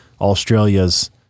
Australia's